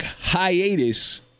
hiatus